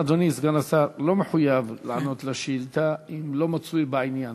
אדוני סגן השר לא מחויב לענות על השאילתה אם הוא לא מצוי בעניין.